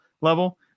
level